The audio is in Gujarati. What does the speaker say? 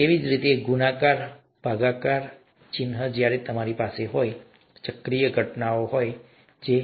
તેવી જ રીતે ગુણાકાર ભાગાકાર ચિહ્ન જ્યારે તમારી પાસે હોય ચક્રીય ઘટનાઓ અને તેથી વધુ